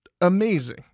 amazing